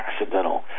accidental